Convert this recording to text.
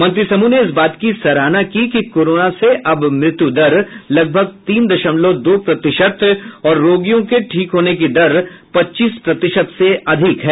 मंत्री समूह ने इस बात की सराहना की कोरोना से अब मृत्यू दर लगभग तीन दशमलव दो प्रतिशत और रोगियों के ठीक होने की दर पच्चीस प्रतिशत से अधिक है